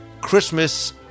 Christmas